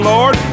Lord